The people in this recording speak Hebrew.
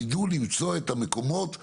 ידעו למצוא את המקומות הללו,